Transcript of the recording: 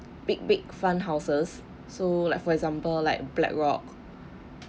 big big front houses so like for example like blackrock